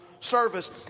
Service